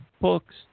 books